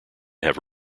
have